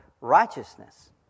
righteousness